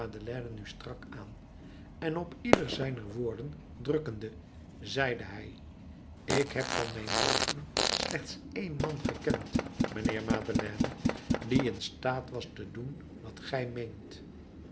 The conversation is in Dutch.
nu strak aan en op ieder zijner woorden drukkende zeide hij ik heb van mijn leven slechts één man gekend mijnheer madeleine die in staat was te doen wat gij meent